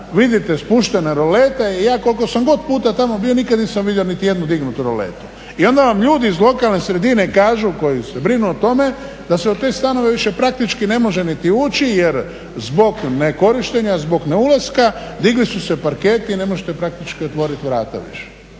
vidite spuštene rolete. I ja koliko sam god puta tamo bio nikad nisam vidio nijednu dignutu roletu. I onda vam ljudi iz lokalne sredine kažu, koji se brinu o tome, da se u te stanove više praktički ne može niti ući jer zbog nekorištenja, zbog neulaska digli su se parketi i ne možete praktički otvoriti vrata više.